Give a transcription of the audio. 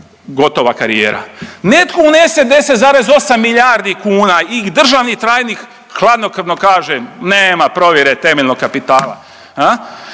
gotova karijera. Netko unese 10,8 milijardi kuna i državni tajnik hladnokrvno kaže, nema provjere temeljnog kapitala.